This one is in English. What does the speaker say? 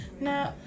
no